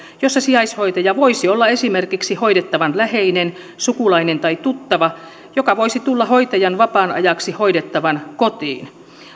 jossa sijaishoitaja voisi olla esimerkiksi hoidettavan läheinen sukulainen tai tuttava joka voisi tulla hoitajan vapaan ajaksi hoidettavan kotiin